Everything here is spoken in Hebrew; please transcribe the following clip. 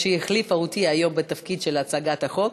שהחליפה אותי היום בתפקיד של מציגת החוק,